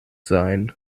sein